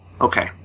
Okay